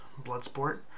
Bloodsport